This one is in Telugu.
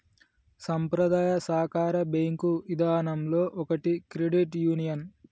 సంప్రదాయ సాకార బేంకు ఇదానంలో ఒకటి క్రెడిట్ యూనియన్